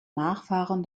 nachfahren